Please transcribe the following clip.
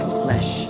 flesh